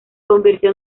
convirtió